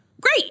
great